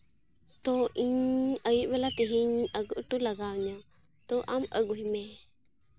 ᱛᱳ ᱤᱧ ᱟᱹᱭᱩᱵ ᱵᱮᱞᱟ ᱛᱮᱦᱤᱧ ᱟᱹᱜᱩ ᱦᱚᱴᱚ ᱞᱟᱜᱟᱣ ᱤᱧᱟᱹ ᱛᱳ ᱟᱢ ᱟᱹᱜᱩᱭ ᱢᱮ